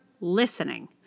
listening